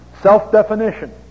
Self-definition